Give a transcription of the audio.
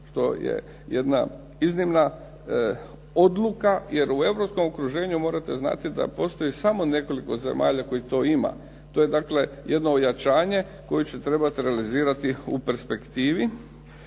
što je jedna iznimna odluka jer u europskom okruženju morate znati da postoji samo nekoliko zemalja koje to imaju. To je dakle jedno ojačanje koje će trebati realizirati u perspektivi.